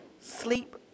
sleep